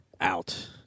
Out